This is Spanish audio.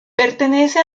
pertenece